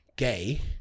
gay